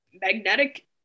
Magnetic